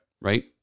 Right